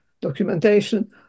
documentation